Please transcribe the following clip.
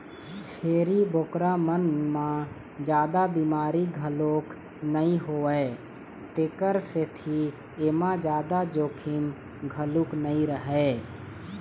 छेरी बोकरा मन म जादा बिमारी घलोक नइ होवय तेखर सेती एमा जादा जोखिम घलोक नइ रहय